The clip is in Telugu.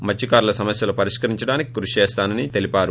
మత్స్వకారుల సమస్యలు పరిష్కరించడానికి కృషి చేస్తానని తెలిపారు